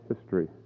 history